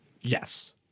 Yes